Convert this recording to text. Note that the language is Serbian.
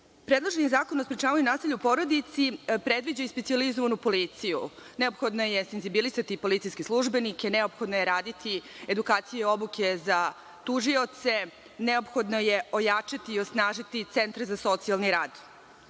licemerje. Predloženi Zakon o sprečavanju nasilja u porodici predviđa i specijalizovanu policiju. Neophodno je senzibilisati policijske službenike, neophodno je raditi edukaciju i obuke za tužioce, neophodno je ojačati i osnažiti centre za socijalni